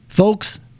Folks